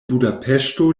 budapeŝto